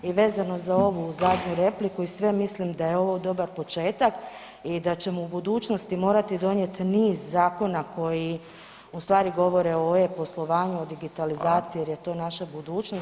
I vezano za ovu zadnju repliku i sve mislim da je ovo dobar početak i da ćemo u budućnosti morati donijet niz zakona koji u stvari govore o e-poslovanju, o digitalizaciji [[Upadica: Fala]] jer je to naša budućnost.